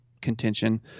contention